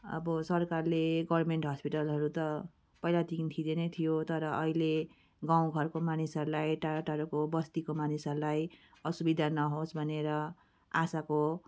अब सरकारले गर्मेन्ट हस्पिटलहरू त पहिलादेखि थिदैँ नै थियो तर अहिले गाउँ घरको मानिसहरूलाई टाडा टाडोको बस्तीको मानिसहरूलाई असुविधा नहोस् भनेर आशाको